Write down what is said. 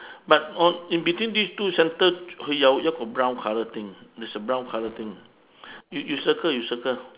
but on in between this two centre keoi jau jat go brown colour thing there's a brown colour thing you you circle you circle